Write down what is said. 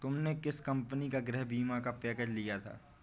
तुमने किस कंपनी का गृह बीमा का पैकेज लिया था?